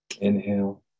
Inhale